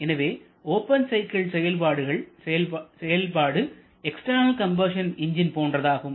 எனவே open cycle செயல்பாடு external combustion engine போன்றதாகும்